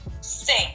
sing